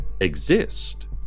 exist